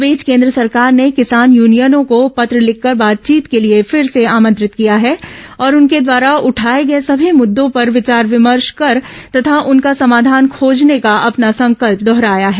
इस बीच केन्द्र सरकार ने किसान यूनियनों को पत्र लिखकर बातचीत के लिए फिर से आमंत्रित किया है और उनके द्वारा उठाये गये सभी मुद्दों पर विचार विमर्श कर तथा उनका समाधान खोजने का अपना संकल्प दोहराया है